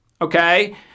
Okay